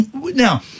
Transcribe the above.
Now